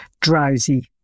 Drowsy